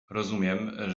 rozumiem